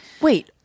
Wait